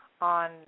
on